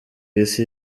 isi